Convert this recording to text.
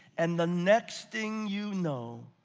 and the next thing you know,